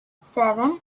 seven